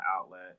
outlet